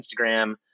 Instagram